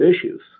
issues